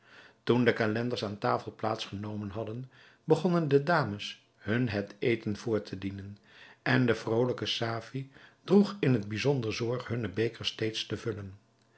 toen de calenders aan tafel plaats genomen hadden begonnen de dames hun het eten voor te dienen en de vrolijke safie droeg in het bijzonder zorg hunne bekers steeds te vullen